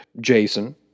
Jason